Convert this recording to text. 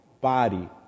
body